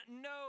No